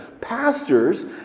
pastors